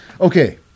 Okay